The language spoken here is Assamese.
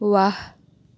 ৱাহ